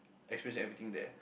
experiencing everything there